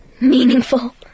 Meaningful